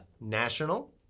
National